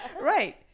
Right